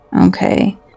Okay